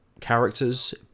characters